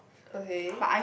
okay